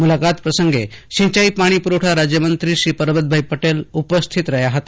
મુલાકાત પ્રસંગે સિંચાઇ પાણી પુરવઠા રાજ્યમંત્રી પરબતભાઇ પટેલ ઉપસ્થિત રહ્યા હતા